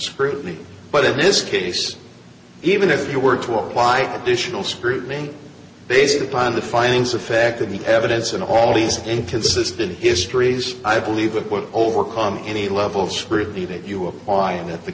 scrutiny but in this case even if you were to apply to tional scrutiny based upon the findings of fact of the evidence in all these inconsistent histories i believe that what overcome any level of scrutiny that you apply and that the